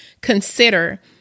consider